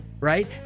right